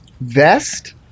vest